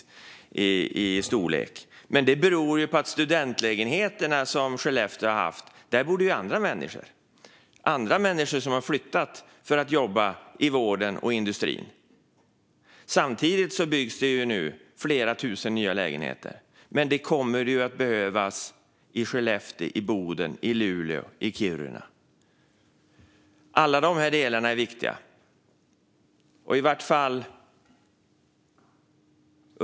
Det beror på att det är andra som bor i studentlägenheterna i Skellefteå. Det är människor som har flyttat dit för att jobba i vården och industrin. Samtidigt byggs det nu flera tusen nya lägenheter. Men det kommer att behövas såväl i Skellefteå som i Boden, i Luleå och i Kiruna. Alla delarna är viktiga.